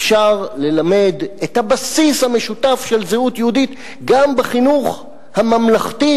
אפשר ללמד את הבסיס המשותף של זהות יהודית גם בחינוך הממלכתי,